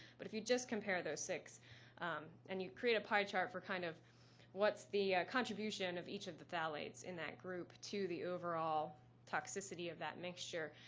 but if you just compare those six and you create a pie chart for kind of what's the contribution for each of the phthalates in that group to the overall toxicity of that mixture,